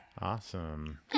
Awesome